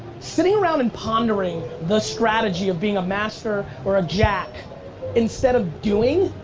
sitting around and pondering the strategy of being a master or a jack instead of doing,